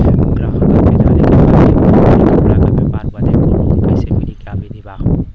गराहक के जाने के बा कि हमे अपना कपड़ा के व्यापार बदे लोन कैसे मिली का विधि बा?